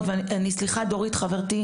אני מרגישה את זה על עצמי,